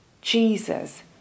Jesus